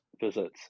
visits